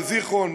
בזיכרון,